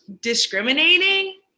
discriminating